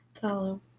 follow